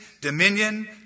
dominion